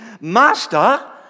Master